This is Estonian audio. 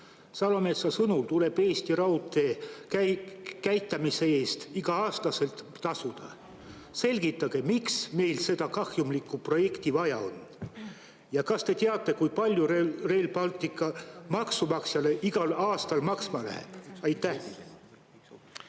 Salometsa sõnul tuleb Eesti raudtee käitamise eest igal aastal tasuda. Selgitage, miks meil seda kahjumlikku projekti vaja on. Kas te teate, kui palju Rail Baltic maksumaksjale igal aastal maksma läheb? Aitäh,